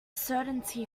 certainty